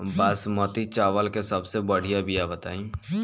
बासमती चावल के सबसे बढ़िया बिया बताई?